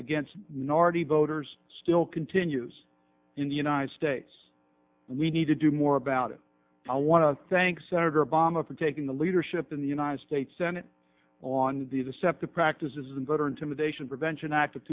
against minority voters still continues in the united states and we need to do more about it i want to thank senator obama for taking the leadership in the united states senate on the deceptive practices and voter intimidation prevention act of